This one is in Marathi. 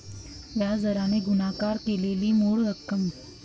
व्याज दराने गुणाकार केलेली मूळ रक्कम